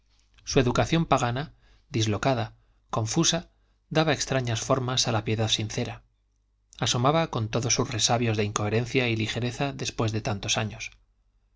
su educación pagana dislocada confusa daba extrañas formas a la piedad sincera asomaba con todos sus resabios de incoherencia y ligereza después de tantos años